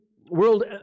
world